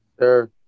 Sure